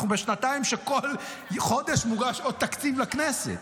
אנחנו בשנתיים שבהן כל חודש מוגש עוד תקציב לכנסת,